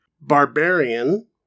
Barbarian